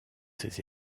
ses